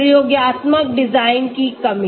प्रयोगात्मक डिजाइन की कमी